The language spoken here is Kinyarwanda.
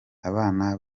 abana